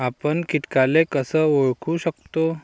आपन कीटकाले कस ओळखू शकतो?